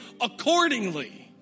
Accordingly